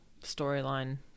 storyline